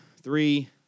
three